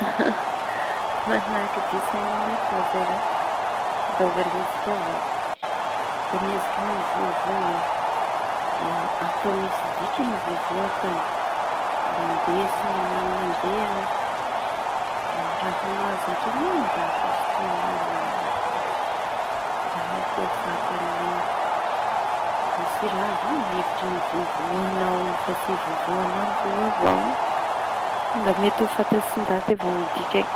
Manahaky desin anime ko zay raha. Da valiantsika avao. Da miezaky mivoavoa a da ato misy dikany vovoa atao da ndesy mañano mandea amy raha mahazatra ano i ndaty iñy da sitomy amy lamba da atao fantany hoe misy raha avao ny hevitsy vovoañao iñy fa tsy vovoana'amboa avao da mety ho fantatsy ndaty avo i dikany.